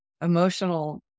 emotional